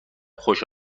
خوش